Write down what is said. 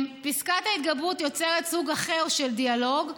פסקת ההתגברות יוצרת סוג אחר של דיאלוג,